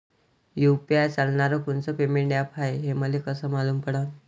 UPI चालणारं कोनचं payment app हाय, हे मले कस मालूम पडन?